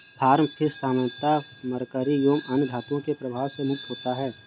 farm fish सामान्यतः mercury एवं अन्य धातुओं के प्रभाव से मुक्त होता है